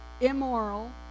immoral